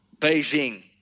Beijing